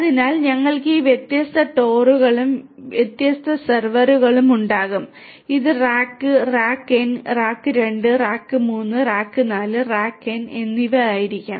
അതിനാൽ ഞങ്ങൾക്ക് ഈ വ്യത്യസ്ത TOR കളും വ്യത്യസ്ത സെർവറുകളും ഉണ്ടാകും ഇത് rack rack n rack 2 rack 3 rack 4 rack n എന്നിവ ആയിരിക്കും